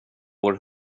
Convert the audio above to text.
vår